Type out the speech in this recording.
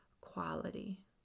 quality